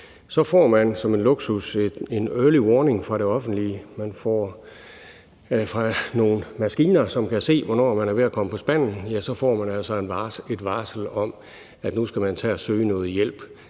Så får man som en luksus en early warning fra det offentlige. Fra nogle maskiner, som kan se, hvornår man er ved at komme på spanden, får man altså et varsel om, at nu skal man tage og søge noget hjælp.